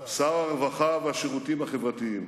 שר הרווחה והשירותים החברתיים,